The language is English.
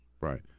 Right